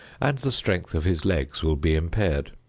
and the strength of his legs will be impaired.